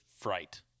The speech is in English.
fright